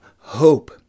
hope